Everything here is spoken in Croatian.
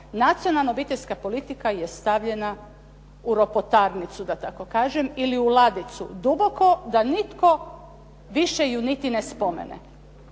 nacionalna obiteljska politika je stavljena u ropotarnicu da tako kažem ili u ladicu duboko da nitko više ju nitko ne spomene.